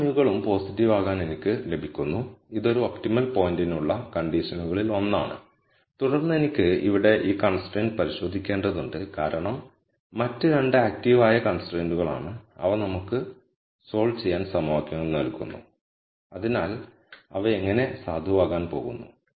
എല്ലാ μ കളും പോസിറ്റീവ് ആകാൻ എനിക്ക് ലഭിക്കുന്നു ഇത് ഒരു ഒപ്റ്റിമൽ പോയിന്റിനുള്ള കണ്ടീഷൻകളിൽ ഒന്നാണ് തുടർന്ന് എനിക്ക് ഇവിടെ ഈ കൺസ്ട്രൈന്റ് പരിശോധിക്കേണ്ടതുണ്ട് കാരണം മറ്റ് 2 ആക്റ്റീവ് ആയ കൺസ്ട്രൈന്റുകളാണ് അവ നമുക്ക് സോൾവ് ചെയ്യാൻ സമവാക്യങ്ങൾ നൽകുന്നു അതിനാൽ അവ അങ്ങനെ സാധുവാകാൻ പോകുന്നു